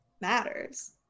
matters